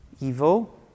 evil